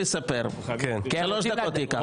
זה ייקח שלוש דקות,